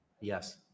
Yes